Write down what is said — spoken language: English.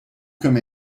come